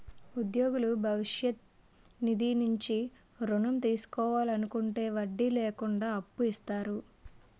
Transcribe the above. ఉద్యోగులు భవిష్య నిధి నుంచి ఋణం తీసుకోవాలనుకుంటే వడ్డీ లేకుండా అప్పు ఇస్తారు